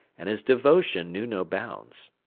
and his devotion knew no bounds.